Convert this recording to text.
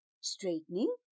Straightening